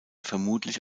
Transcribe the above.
vermutlich